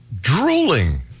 drooling